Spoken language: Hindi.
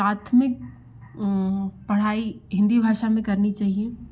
प्राथमिक पढ़ाई हिन्दी भाषा में करनी चहिए